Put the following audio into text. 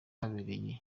yahereye